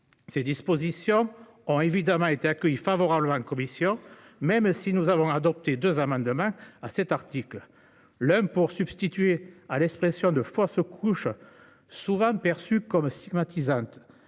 Ces dispositions ont évidemment été accueillies favorablement en commission, même si nous avons adopté deux amendements sur cet article : l'un vise à substituer à l'expression « fausse couche », souvent perçue comme stigmatisante,